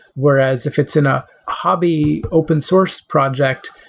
whereas if it's in a hobby open-source project,